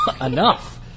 enough